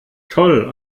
toll